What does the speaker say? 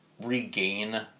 regain